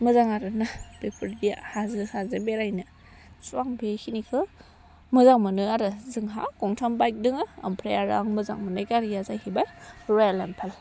मोजां आरोना बेफोरबायदिया हाजो हाजो बेरायनो स आं बे खिनिखो मोजां मोनो आरो जोंहा गंथाम बाइक दोङो ओमफ्राय आरो आं मोजां मोननाय गारिया जाहैबाय रयेल इनफिल्ड